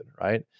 right